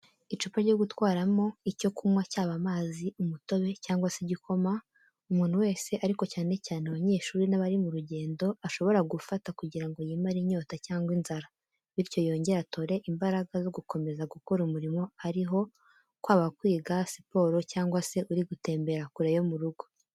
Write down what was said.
Icupa ryo gutwaramo icyo kunywa cyaba amazi, umutobe cyangwa se igikoma, umuntu wese ariko cyane cyane abanyeshuri n'abari mu rugendo, ashobora gufata kugira ngo yimare inyota cyangwa inzara, bityo yongere atore imbaraga zo gukomeza gukora umurimo ariho kwaba kwiga, siporo cyangwa se uri gutembera kure yo mu rugo.